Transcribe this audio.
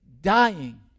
dying